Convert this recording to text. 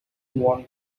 wall